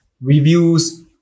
reviews